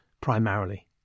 primarily